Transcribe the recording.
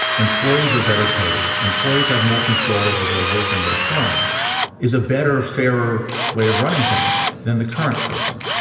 employees are better paid employees employees have more control over their work in their firm is a better fairer way of running things than the current system.